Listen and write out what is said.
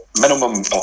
minimum